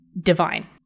divine